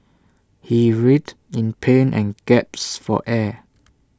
he writhed in pain and gasped for air